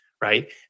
right